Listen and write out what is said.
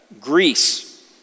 Greece